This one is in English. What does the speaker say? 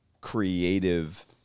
creative